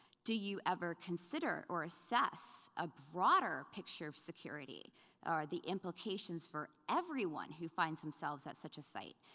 do you ever consider or assess a broader picture of security or the implications for everyone who finds themselves at such a site,